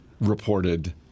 reported